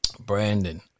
Brandon